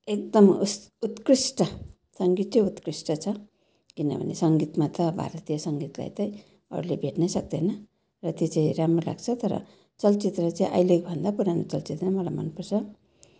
एकदम उस उत्कृष्ट सङ्गीत चाहिँ उत्कृष्ट छ किनभने सङ्गीतमा त भारतीय सङ्गीतलाई चाहिँ अरूले भेट्नै सक्दैन र त्यो चाहिँ राम्रो लाग्छ तर चलचित्र चाहिँ अहिलेभन्दा पुरानो चलचित्र मलाई मनपर्छ